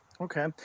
Okay